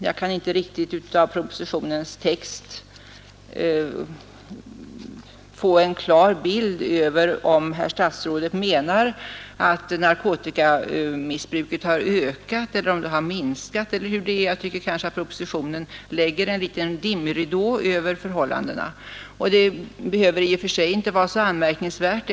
Jag kan inte riktigt av propositionens text få en klar bild av om herr statsrådet menar att narkotikamissbruket har ökat, om det har minskat eller hur det förhåller sig — jag tycker att propositionen lägger en dimridå över förhållandena. Detta behöver visserligen i och för sig inte vara något anmärkningsvärt.